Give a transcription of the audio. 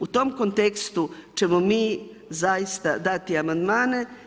U tom kontekstu ćemo mi zaista dati amandmane.